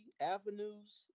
avenues